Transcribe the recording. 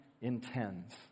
intends